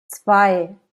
zwei